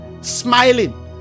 smiling